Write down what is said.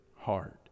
heart